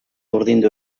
urdindu